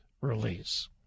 release